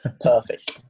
Perfect